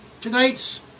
Tonight's